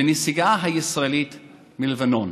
לנסיגה הישראלית מלבנון.